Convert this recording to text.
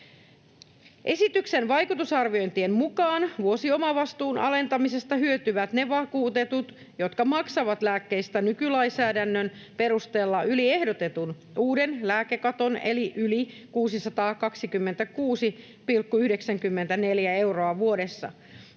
Esityksen vaikutusarviointien mukaan vuosiomavastuun alentamisesta hyötyvät ne vakuutetut, jotka maksavat lääkkeistä nykylainsäädännön perusteella yli ehdotetun uuden lääkekaton eli yli 626,94 euroa vuodessa.